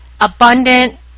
abundant